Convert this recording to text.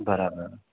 बराबरि